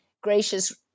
gracious